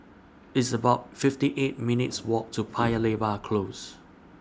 It's about fifty eight minutes' Walk to Paya Lebar Close